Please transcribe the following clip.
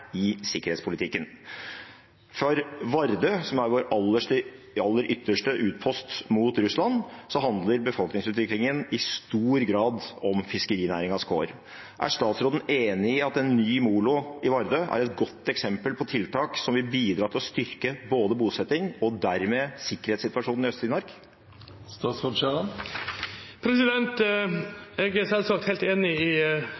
i sikkerhetspolitikken. For Vardø, som er vår aller ytterste utpost mot Russland, handler befolkningsutviklingen i stor grad om fiskerinæringens kår. Er statsråden enig i at en ny molo i Vardø er et godt eksempel på tiltak som vil bidra til å styrke bosetting og dermed sikkerhetssituasjonen i Øst-Finnmark? Jeg er selvsagt helt enig i